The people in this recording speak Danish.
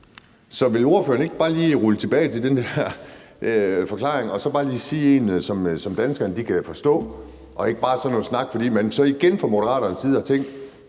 Så vil ordføreren ikke lige rulle den der forklaring tilbage, og så sige noget, som danskerne kan forstå, og ikke bare komme med sådan noget snak, fordi man så igen fra Moderaternes side har tænkt: